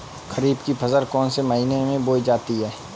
खरीफ की फसल कौन से महीने में बोई जाती है?